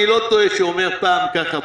אני לא טועה שאני אומר פעם ככה,